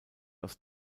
aus